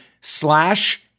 slash